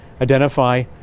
identify